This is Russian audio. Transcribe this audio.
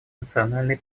национальной